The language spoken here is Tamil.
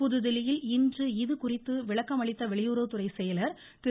புதுதில்லியில் இன்று இது குறித்து விளக்கமளித்த வெளியுறவுத்துறை செயலர் திரு